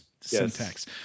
syntax